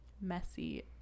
messy